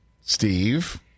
Steve